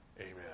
Amen